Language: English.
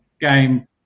game